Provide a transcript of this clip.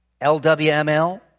LWML